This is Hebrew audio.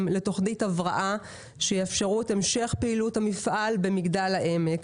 לתוכנית הבראה שתאפשר את המשך פעילות המפעל במגדל העמק.